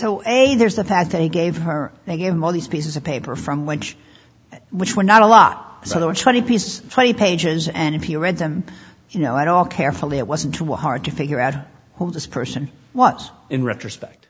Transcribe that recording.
a there's the fact that he gave her they gave him all these pieces of paper from which which were not a lot so there were twenty pieces play pages and if you read them you know it all carefully it wasn't too hard to figure out who this person what in retrospect